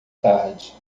tarde